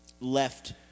left